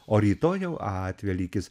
o rytoj jau atvelykis